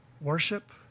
Worship